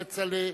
כצל'ה,